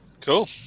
Cool